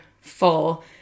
full